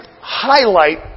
highlight